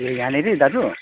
ए यहाँनेरि दाजु